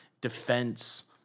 defense